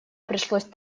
пришлось